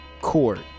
Court